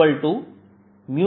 YdYY है